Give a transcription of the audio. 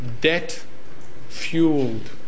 debt-fueled